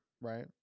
right